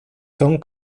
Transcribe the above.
son